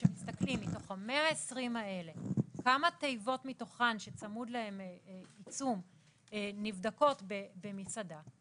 כשמסתכלים על כמה תיבות מתוך ה-120 האלה שצמוד להן עיצום נבדקות במסעדה,